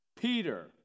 Peter